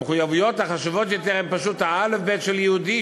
המחויבויות החשובות יותר הן פשוט האלף-בית של יהודי,